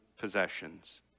possessions